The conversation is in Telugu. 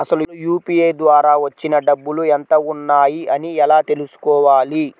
అసలు యూ.పీ.ఐ ద్వార వచ్చిన డబ్బులు ఎంత వున్నాయి అని ఎలా తెలుసుకోవాలి?